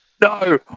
No